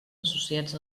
associats